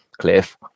cliff